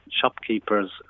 shopkeepers